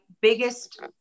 biggest